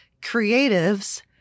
creatives